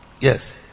Yes